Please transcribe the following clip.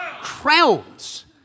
Crowns